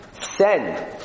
send